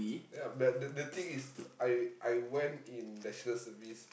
yeah that the the thing is I I went in National-Service